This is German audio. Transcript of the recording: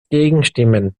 gegenstimmen